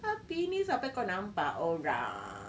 tapi ni sampai kau nampak orang